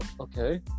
okay